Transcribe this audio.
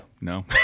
No